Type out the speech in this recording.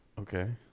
Okay